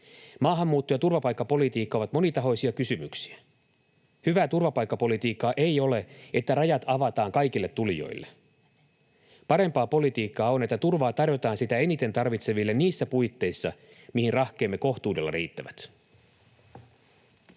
Maahanmuutto ja turvapaikkapolitiikka ovat monitahoisia kysymyksiä. Hyvää turvapaikkapolitiikkaa ei ole, että rajat avataan kaikille tulijoille. Parempaa politiikkaa on, että turvaa tarjotaan sitä eniten tarvitseville niissä puitteissa, mihin rahkeemme kohtuudella riittävät.